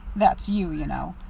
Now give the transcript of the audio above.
that's you, you know.